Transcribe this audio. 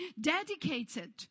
dedicated